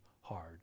hard